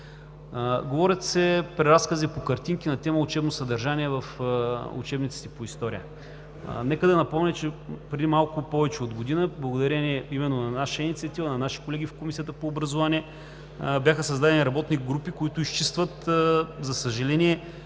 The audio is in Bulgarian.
Говорят се преразкази по картинки на тема „Учебно съдържание в учебниците по история“. Нека да напомня, че преди малко повече от година, благодарение именно на наша инициатива, на наши колеги в Комисията по образованието, бяха създадени работни групи, които изчистват, за съжаление,